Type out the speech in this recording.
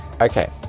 Okay